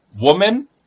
woman